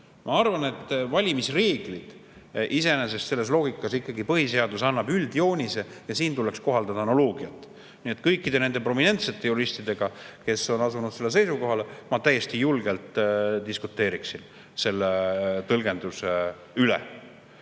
arvan, et valimisreeglid iseenesest … Selles loogikas ikkagi põhiseadus annab üldjoonise ja siin tuleks kohaldada analoogiat. Nii et kõikide nende prominentsete juristidega, kes on asunud sellele seisukohale, ma täiesti julgelt diskuteeriksin selle tõlgenduse üle. Ja